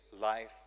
life